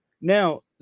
Now